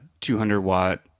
200-watt